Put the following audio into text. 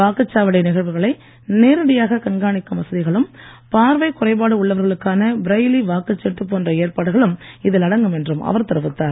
வாக்குச்சாவடி நிகழ்வுகளை நேரடியாகக் கண்காணிக்கும் வசதிகளும் பார்வை குறைபாடு உள்ளவர்களுக்கான பிரெய்லி வாக்குச் சீட்டு போன்ற ஏற்பாடுகளும் இதில் அடங்கும் என்றும் அவர் தெரிவித்தார்